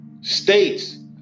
States